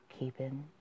Keeping